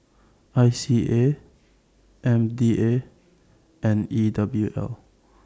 I C A M D A and E W L